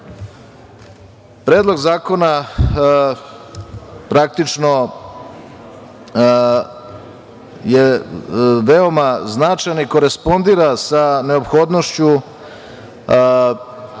Predlog zakona praktično je veoma značajan i korespondira sa neophodnošću